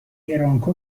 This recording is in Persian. برانکو